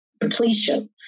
depletion